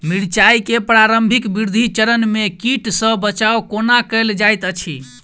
मिर्चाय केँ प्रारंभिक वृद्धि चरण मे कीट सँ बचाब कोना कैल जाइत अछि?